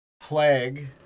Plague